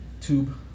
tube